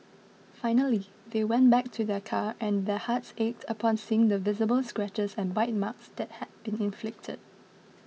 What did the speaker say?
finally they went back to their car and their hearts ached upon seeing the visible scratches and bite marks that had been inflicted